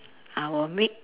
I will make